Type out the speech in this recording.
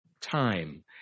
time